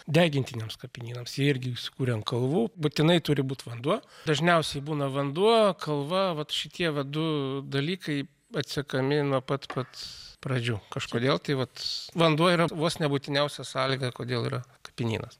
degintiniems kapinynams jie irgi įsikurę ant kalvų būtinai turi būti vanduo dažniausiai būna vanduo kalva vat šitie vat du dalykai atsekami nuo pat pat pradžių kažkodėl tai vat vanduo yra vos ne būtiniausia sąlyga kodėl yra kapinynas